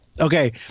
Okay